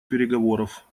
переговоров